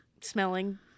smelling